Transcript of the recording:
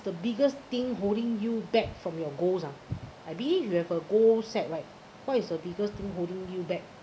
the biggest thing holding you back from your goals ah I believe you have a goal set right what is the biggest thing holding you back